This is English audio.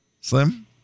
Slim